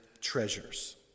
treasures